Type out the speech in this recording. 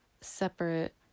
separate